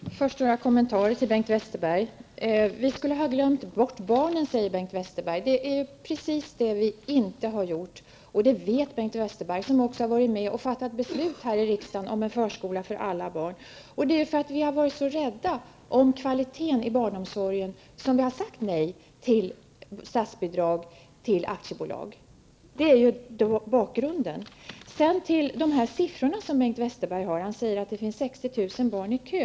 Herr talman! Jag vill först göra några kommentarer till det som Bengt Westerberg har sagt. Bengt Westerberg sade att vi socialdemokrater skulle ha glömt bort barnen. Det är precis det som vi inte har gjort, och det vet Bengt Westerberg, som också har varit med och fattat beslut här i riksdagen om en förskola för alla barn. Det är för att vi har varit så rädda om kvaliteten i barnomsorgen som vi har sagt nej till statsbidrag för aktiebolag. Det är bakgrunden. Bengt Westerberg anförde några siffror. Han sade att det finns 60 000 barn i kö.